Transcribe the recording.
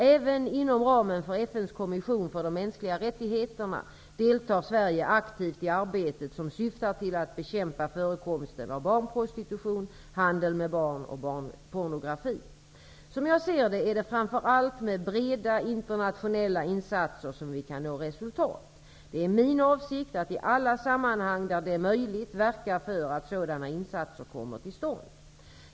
Även inom ramen för FN:s kommission för de mänskliga rättigheterna deltar Sverige aktivt i arbetet, som syftar till att bekämpa förekomsten av barnprostitution, handel med barn och barnpornografi. Som jag ser det är det framför allt med breda internationella insatser som vi kan nå resultat. Det är min avsikt att i alla sammanhang där det är möjligt verka för att sådana insatser kommer till stånd.